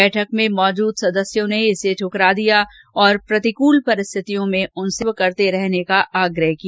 बैठक में मौजूद सदस्यों ने इसे दुकरा दिया और प्रतिकूल परिस्थिति में उनसे नेतृत्व करते रहने का आग्रह किया